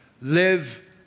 Live